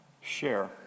share